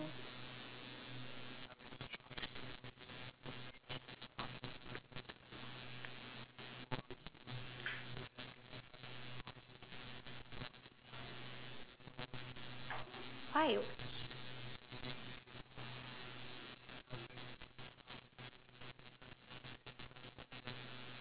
why